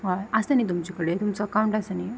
हय आसा न्ही तुमचे कडेन तुमचो अकाउंट आसा न्ही